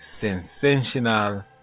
sensational